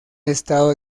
estado